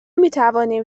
میتوانیم